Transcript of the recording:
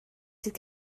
sydd